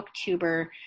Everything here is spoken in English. booktuber